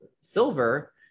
silver